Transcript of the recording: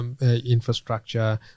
Infrastructure